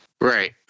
Right